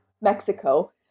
Mexico